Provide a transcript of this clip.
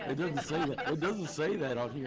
it doesn't say that yeah